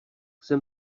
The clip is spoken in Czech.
jsem